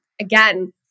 Again